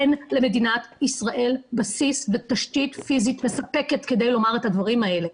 אין למדינת ישראל בסיס ותשתית פיזית מספקת כדי לומר את הדברים האלה.